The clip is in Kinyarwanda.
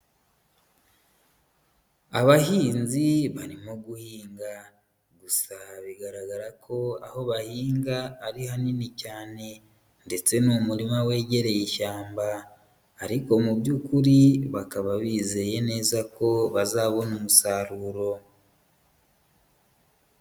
Abahinzi barimo guhinga, gusa bigaragara ko aho bahinga ari hanini cyane ndetse ni umurima wegereye ishyamba ariko mu by'ukuri bakaba bizeye neza ko bazabona umusaruro.